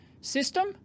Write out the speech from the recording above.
System